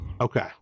okay